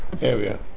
area